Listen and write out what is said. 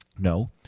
No